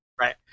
right